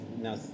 now